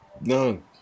No